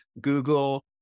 Google